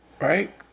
Right